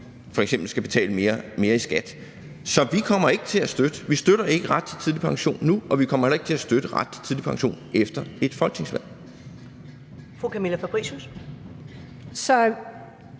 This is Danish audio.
skal betale mere i skat. Så vi støtter ikke ret til tidlig pension nu, og vi kommer heller ikke til at støtte ret til tidlig pension efter et folketingsvalg.